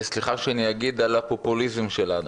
סליחה שאני אגיד, על הפופוליזם שלנו.